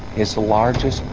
is the largest,